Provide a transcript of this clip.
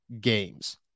games